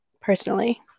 personally